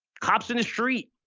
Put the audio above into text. cops in the street,